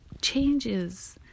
changes